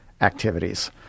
activities